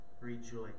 rejoice